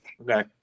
okay